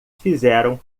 fizeram